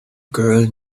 girl